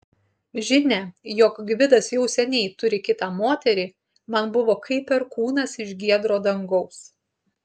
žinia jog gvidas jau seniai turi kitą moterį man buvo kaip perkūnas iš giedro dangaus